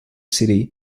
city